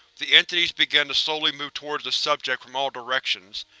the entities began to slowly move towards the subject from all directions.